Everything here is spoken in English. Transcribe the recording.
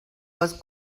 was